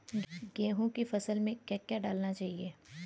गेहूँ की फसल में क्या क्या डालना चाहिए?